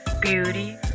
beauty